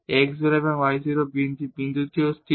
x 0 y 0 যে বিন্দুটিও স্থির